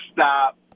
stop